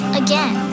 again